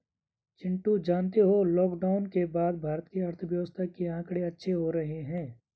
चिंटू जानते हो लॉकडाउन के बाद भारत के अर्थव्यवस्था के आंकड़े अच्छे हो रहे हैं